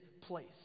place